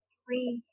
three